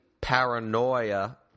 paranoia